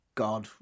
god